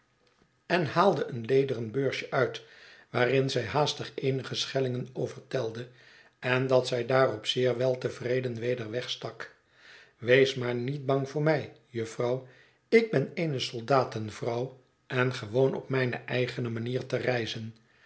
bagnet eenige een lederen beursje uit waarin zij haastig eenige schellingen overtelde en dat zij daarop zeer weltevreden weder wegstak wees maar niet bang voor mij jufvrouw ik ben eene soldatenvrouw en gewoon op mijne eigene manier te reizen